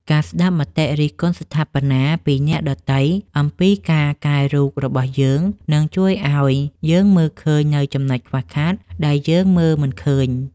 ការស្ដាប់មតិរិះគន់ស្ថាបនាពីអ្នកដទៃអំពីការកែរូបរបស់យើង នឹងជួយឱ្យយើងមើលឃើញនូវចំណុចខ្វះខាតដែលយើងមើលមិនឃើញ។